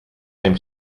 seem